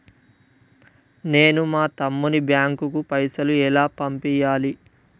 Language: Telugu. నేను మా తమ్ముని బ్యాంకుకు పైసలు ఎలా పంపియ్యాలి?